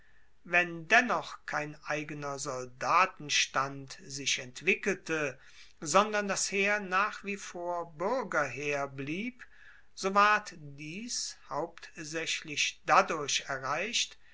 wenn dennoch kein eigener soldatenstand sich entwickelte sondern das heer nach wie vor buergerheer blieb so ward dies hauptsaechlich dadurch erreicht